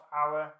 hour